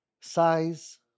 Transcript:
size